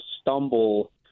stumble –